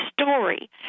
story